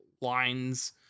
lines